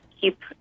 keep